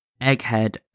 Egghead